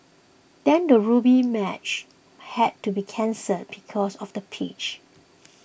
then a rugby match had to be cancelled because of the pitch